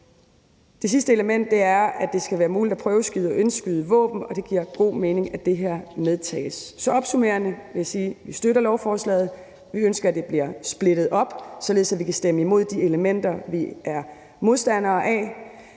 Det sidste element er, at det skal være muligt at prøveskyde og indskyde våben, og det giver god mening, at det medtages. Så opsummerende vil jeg sige, at vi støtter lovforslaget. Vi ønsker, at det bliver splittet op, således at vi kan stemme imod de elementer, vi er modstandere af.